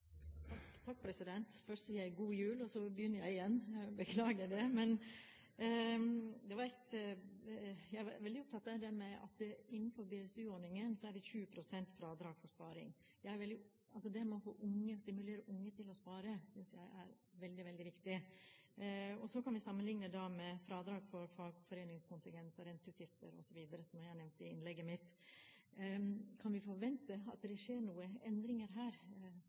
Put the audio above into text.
Først sier jeg god jul, og så begynner jeg igjen – jeg beklager det. Men jeg er veldig opptatt av at det innenfor BSU-ordningen er 20 pst. fradrag for sparing. Det å få unge til å spare, synes jeg er veldig, veldig viktig. Så kan vi sammenligne med fradrag for fagforeningskontingent, renteutgifter, osv., som jeg nevnte i innlegget mitt. Kan vi forvente at det skjer noen endringer her?